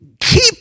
Keep